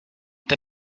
the